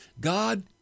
God